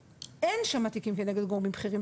אין שם תיקים כאלה כלפי גורמים בכירים,